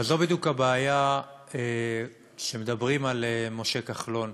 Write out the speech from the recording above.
אבל זו בדיוק הבעיה כשמדברים על משה כחלון.